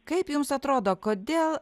kaip jums atrodo kodėl